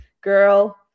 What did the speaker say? girl